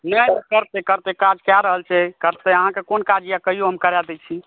नहि करतै करतै काज कए रहल छै करतै अहाँके कोनो काज यऽ अहाँ कहियौ हम करा दै छी